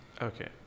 Okay